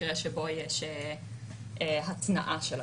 במקרה שבו יש התנעה של הגט.